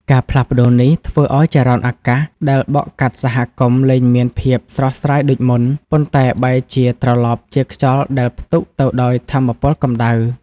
ការផ្លាស់ប្តូរនេះធ្វើឱ្យចរន្តអាកាសដែលបក់កាត់សហគមន៍លែងមានភាពស្រស់ស្រាយដូចមុន ប៉ុន្តែបែរជាត្រឡប់ជាខ្យល់ដែលផ្ទុកទៅដោយថាមពលកម្ដៅ។